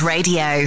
Radio